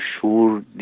sure